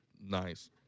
nice